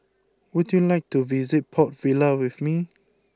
would you like to visit Port Vila with me